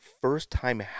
first-time